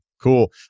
Cool